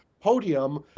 podium